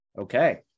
Okay